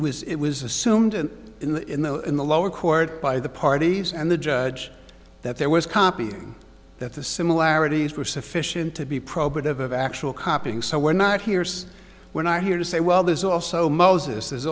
was it was assumed and in the in the in the lower court by the parties and the judge that there was copying that the similarities were sufficient to be probative of actual copying so we're not here so we're not here to say well there's also moses there's